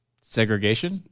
Segregation